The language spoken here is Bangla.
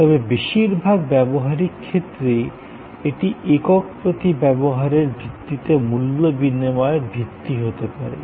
তবে বেশিরভাগ ব্যবহারিক ক্ষেত্রেই এটি একক প্রতি ব্যবহারের ভিত্তিতে মূল্য বিনিময়ের ভিত্তি হতে পারে